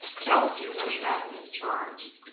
tells you which atom is charged.